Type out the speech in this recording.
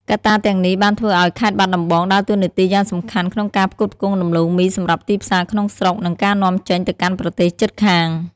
កត្តាទាំងនេះបានធ្វើឱ្យខេត្តបាត់ដំបងដើរតួនាទីយ៉ាងសំខាន់ក្នុងការផ្គត់ផ្គង់ដំឡូងមីសម្រាប់ទីផ្សារក្នុងស្រុក និងការនាំចេញទៅកាន់ប្រទេសជិតខាង។